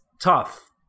tough